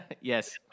Yes